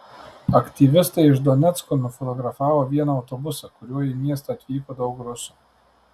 aktyvistai iš donecko nufotografavo vieną autobusą kuriuo į miestą atvyko daug rusų